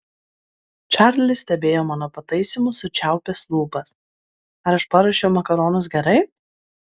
čarlis stebėjo mano pataisymus sučiaupęs lūpas ar aš paruošiau makaronus gerai